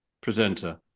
presenter